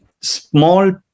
small